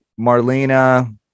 Marlena